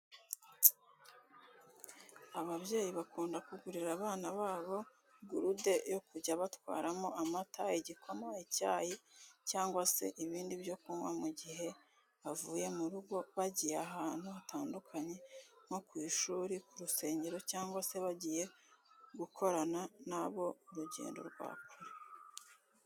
Ababyeyi bakunda kugurira abana babo gurude yo kujya batwaramo amata, igikoma, icyayi cyangwa se ibindi byo kunywa mu gihe bavuye mu rugo bagiye ahantu hatandukanye nko ku ishuri, ku rusengero cyangwa se bagiye gukorana na bo urugendo rwa kure.